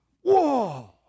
Whoa